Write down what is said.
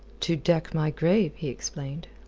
to deck my grave, he explained.